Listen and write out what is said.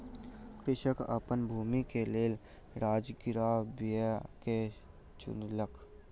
कृषक अपन भूमि के लेल राजगिरा बीया के चुनलक